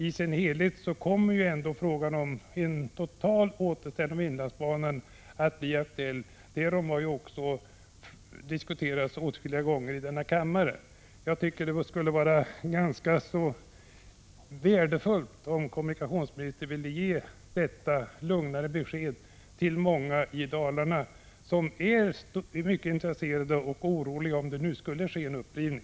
I sin helhet kommer ju frågan om ett totalt återställande av inlandsbanan att bli aktuell, därom har diskuterats åtskilliga gånger i denna kammare. Det skulle vara värdefullt om kommunikationsministern ville ge ett lugnande besked till många i Dalarna som är mycket intresserade av frågan men oroliga för att det nu kommer att ske en upprivning.